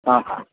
हा हा